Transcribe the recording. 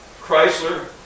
Chrysler